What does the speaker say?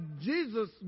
Jesus